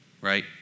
right